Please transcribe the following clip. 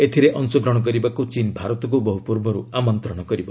ଏଥିରେ ଅଂଶଗ୍ରହଣ କରିବାକୁ ଚୀନ୍ ଭାରତକୁ ବହୁ ପୂର୍ବରୁ ଆମନ୍ତ୍ରଣ କରିବ